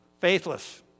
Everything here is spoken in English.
faithless